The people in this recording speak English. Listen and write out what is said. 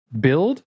build